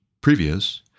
previous